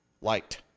light